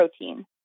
protein